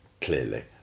clearly